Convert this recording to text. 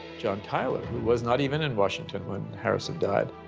john tyler, who was not even in washington when harrison died.